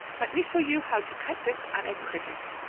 let me show you how to cut this on a cricut.